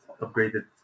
upgraded